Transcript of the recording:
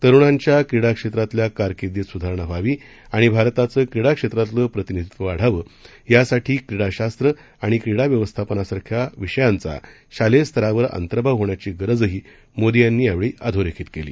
तरुणांच्या क्रीडा क्षेत्रातल्या कारकिर्दीत सुधारणा व्हावी आणि भारताचं क्रीडा क्षेत्रातलं प्रतिनिधीत्व वाढावं यासाठी क्रीडा शास्त्र आणि क्रीडा व्यवस्थापनासारख्या विषयांचा शालेय स्तरावर अंतर्भाव होण्याची गरजही मोदी यांनी यावेळी अधोरेखित केली